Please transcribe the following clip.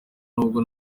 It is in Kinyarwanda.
nubwo